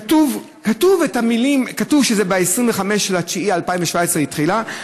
כתוב שב-25 בספטמבר 2017 היא התחילה,